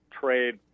trade